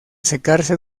secarse